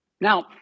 Now